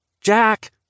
Jack